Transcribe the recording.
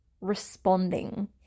responding